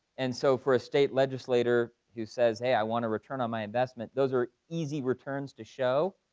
and so for a state legislator who says, hey, i want a return on my investment. those are easy returns to show.